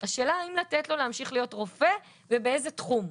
השאלה היא האם לתת לו להמשיך להיות רופא ובאיזה תחום,